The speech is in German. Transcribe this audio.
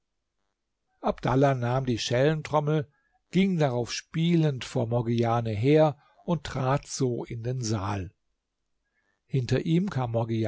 abdallah nahm die schellentrommel ging darauf spielend vor morgiane her und trat so in den saal hinter ihm kam